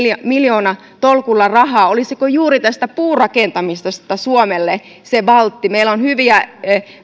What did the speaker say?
miljoonatolkulla rahaa tulisiko juuri tästä puurakentamisesta suomelle se valtti meillä on hyviä